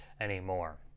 anymore